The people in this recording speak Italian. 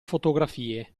fotografie